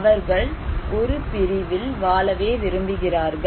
அவர்கள் ஒரு பிரிவில்வாழவே விரும்புகிறார்கள்